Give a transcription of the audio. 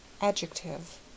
Adjective